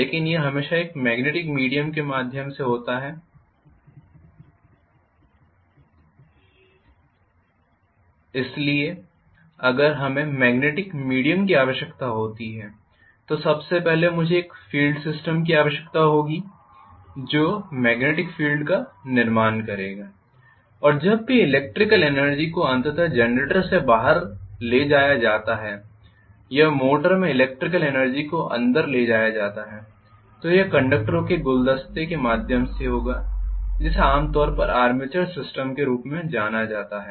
लेकिन यह हमेशा एक मॅग्नेटिक मीडिया के माध्यम से होता है इसलिए अगर हमें मॅग्नेटिक मीडिया की आवश्यकता होती है तो सबसे पहले मुझे एक फील्ड सिस्टम की आवश्यकता होगी जो मॅग्नेटिक फील्ड का निर्माण करेगा और जब भी ईलेक्ट्रिकल एनर्जी को अंततः जनरेटर से बाहर ले जाया जाता है या मोटर में ईलेक्ट्रिकल एनर्जी को अंदर ले जाया जाता है तो यह कंडक्टरों के गुलदस्ते के माध्यम से होगा जिसे आमतौर पर आर्मेचर सिस्टम के रूप में जाना जाता है